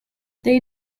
they